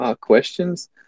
questions